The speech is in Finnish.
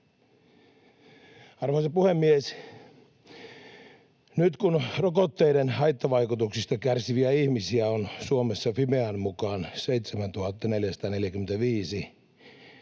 Arvoisa puhemies! Nyt kun rokotteiden haittavaikutuksista kärsiviä ihmisiä on Suomessa Fimean mukaan 7 445